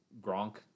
Gronk